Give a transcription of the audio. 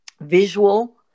visual